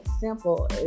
simple